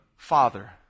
Father